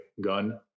gun